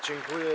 Dziękuję.